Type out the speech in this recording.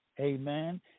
Amen